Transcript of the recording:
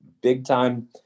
big-time